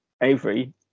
Avery